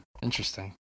Interesting